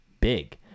big